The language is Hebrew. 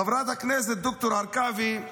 חברת הכנסת ד"ר הרכבי,